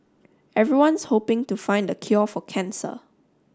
everyone's hoping to find the cure for cancer